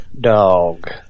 dog